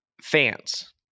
Fans